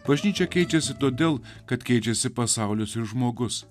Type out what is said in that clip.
bažnyčia keičiasi todėl kad keičiasi pasaulis ir žmogus